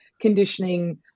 conditioning